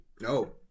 No